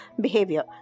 behavior